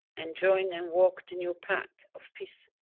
and join and walk the new path of peace.